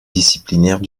disciplinaires